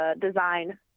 design